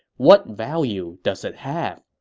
what value does it have?